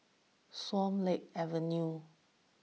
Swan Lake Avenue